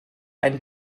einen